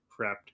prepped